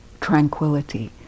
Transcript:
tranquility